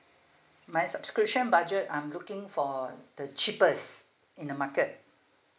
my subscription budget I'm looking for the cheapest in the market